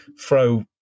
throw